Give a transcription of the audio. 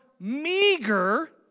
meager